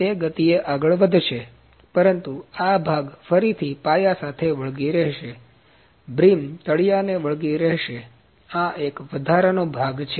તે ગતિએ આગળ વધશે પરંતુ આ ભાગ ફરીથી પાયા સાથે વળગી રહેશે બ્રિમ તળિયાને વળગી રહેશે આ એક વધારાનો ભાગ છે